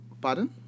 pardon